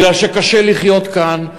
מפני שקשה לחיות כאן,